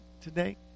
today